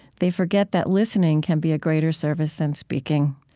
they forget that listening can be a greater service than speaking.